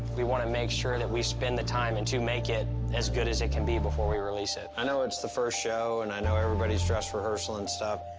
we want to make sure that we spend the time and to make it as good as it can be before we release it. jeff i know it's the first show and i know everybody's dress rehearsal and stuff,